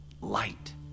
light